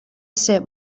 ser